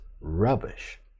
rubbish